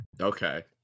okay